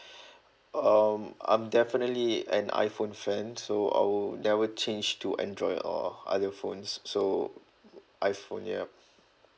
um I'm definitely an iphone fans so I would never change to android or other phones so iphone yup